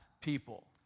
people